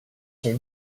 sont